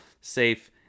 safe